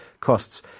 costs